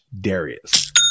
Darius